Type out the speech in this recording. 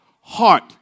Heart